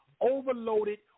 overloaded